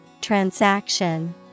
Transaction